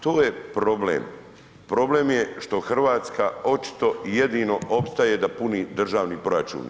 To je problem, problem je što Hrvatska očito i jedino opstaje da puni državni proračun.